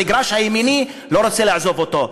המגרש הימיני לא רוצה לעזוב אותו.